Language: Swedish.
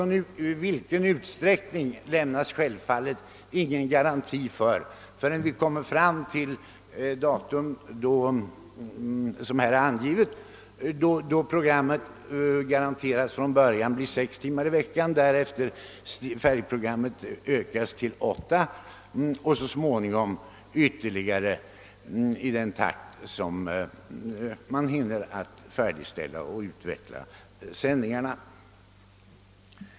I vilken utsträckning detta blir möjligt kan självfallet inte lämnas någon garanti för förrän vi kommer fram till det datum som är angivet, då färgsändningarna startar med sex timmar i veckan. De skall efter ett par månader ökas till åtta timmar i veckan för att sedan ytterligare ökas i den takt som man hinner färdigställa färgprogram.